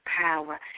power